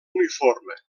uniforme